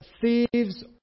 thieves